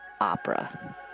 Opera